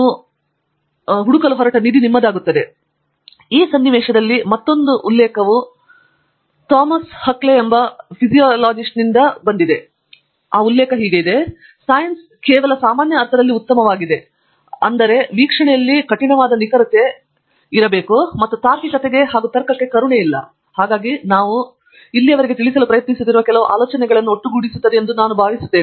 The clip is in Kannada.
ಪ್ರೊಫೆಸರ್ ಪ್ರತಾಪ್ ಹರಿಡೋಸ್ ಆದ್ದರಿಂದ ನಾವು ಇಲ್ಲಿಯವರೆಗೆ ಚರ್ಚಿಸುತ್ತಿರುವುದರ ಈ ಸನ್ನಿವೇಶದಲ್ಲಿ ಮತ್ತೊಂದು ಉಲ್ಲೇಖವು ಥಾಮಸ್ ಹಕ್ಸ್ಲೆಗೆ ಕಾರಣವಾಗಿದೆ ಮತ್ತು ಉಲ್ಲೇಖ ಸೈನ್ಸ್ ಕೇವಲ ಸಾಮಾನ್ಯ ಅರ್ಥದಲ್ಲಿ ಉತ್ತಮವಾಗಿದೆ ಅಂದರೆ ವೀಕ್ಷಣೆಯಲ್ಲಿ ಕಠಿಣವಾದ ನಿಖರತೆ ಮತ್ತು ತಾರ್ಕಿಕತೆಗೆ ತರ್ಕಕ್ಕೆ ಕರುಣೆಯಿಲ್ಲ ಹಾಗಾಗಿ ನಾವು ಇಲ್ಲಿಯವರೆಗೆ ತಿಳಿಸಲು ಪ್ರಯತ್ನಿಸುತ್ತಿರುವ ಕೆಲವು ಆಲೋಚನೆಗಳನ್ನು ಒಟ್ಟುಗೂಡಿಸುತ್ತದೆ ಎಂದು ನಾನು ಭಾವಿಸುತ್ತೇನೆ